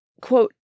Quote